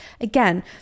again